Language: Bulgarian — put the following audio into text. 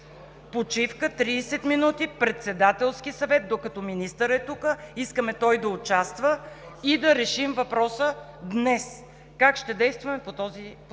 Почивка – 30 минути, Председателски съвет, докато министърът е тук. Искаме той да участва и да решим въпроса днес – как ще действаме по тази тема,